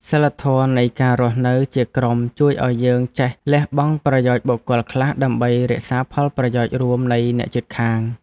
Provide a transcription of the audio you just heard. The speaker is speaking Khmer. សីលធម៌នៃការរស់នៅជាក្រុមជួយឱ្យយើងចេះលះបង់ប្រយោជន៍បុគ្គលខ្លះដើម្បីរក្សាផលប្រយោជន៍រួមនៃអ្នកជិតខាង។